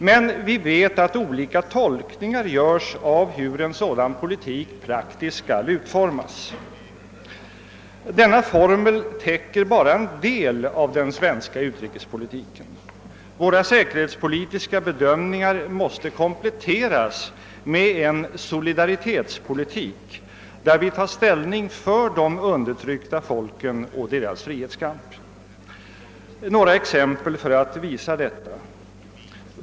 Men vi vet att olika tolkningar göres av hur en sådan politik skall utformas praktiskt. Formeln täcker bara en del av den svenska utrikespolitiken. Våra säkerhetspolitiska bedömningar måste kompletteras med en solidaritetspolitik, i vilken vi tar ställning för de undertryckta folken och deras frihetskamp. Jag ber att få ta några exempel för att visa detta.